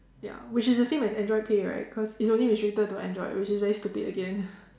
ya which is the same as Android-pay right cause it's only restricted to Android which is very stupid again